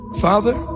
Father